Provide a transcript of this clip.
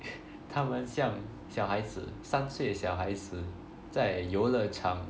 他们像小孩子三岁小孩子在游乐场